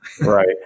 Right